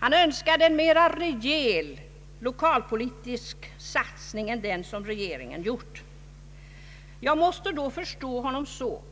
Han önskade en mer rejäl lokalpolitisk satsning än den som regeringen gjort. Jag måste då förstå honom så